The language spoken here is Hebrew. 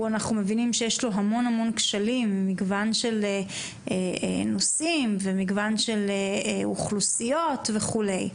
המון כשלים ומגוון של נושאים ואוכלוסיות וכו'.